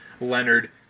leonard